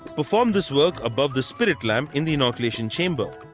perform this work above the sprit lamp in the inoculation chamber.